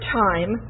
time